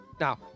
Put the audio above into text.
Now